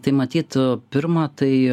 tai matyt pirma tai